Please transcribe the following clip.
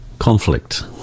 Conflict